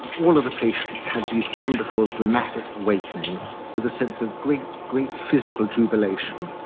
all of the patients had these wonderful, dramatic awakenings, with a sense of great, great physical jubilation,